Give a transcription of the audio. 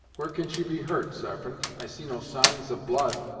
where can she be hurt, sarpent? i see no signs of blood,